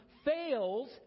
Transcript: Fails